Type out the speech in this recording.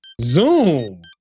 Zoom